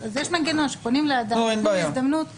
אז יש מנגנון שפונים לאדם ונותנים לו הזדמנות --- לא,